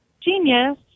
genius